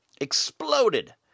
Exploded